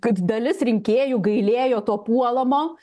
kad dalis rinkėjų gailėjo to puolamo